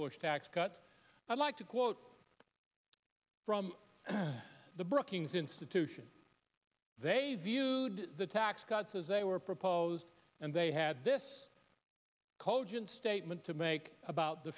bush tax cut i'd like to quote from the brookings institution they viewed the tax cuts as they were proposed and they had this cogent statement to make about the